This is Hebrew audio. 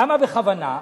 למה בכוונה?